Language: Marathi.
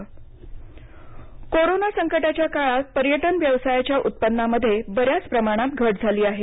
एमटीडीसी कोरोना संकटाच्या काळात पर्यटन व्यवसायाच्या उत्पन्नामध्ये बऱ्याच प्रमाणात घट झाली आहे